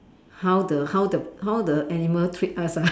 how the how the how the animal treat us ah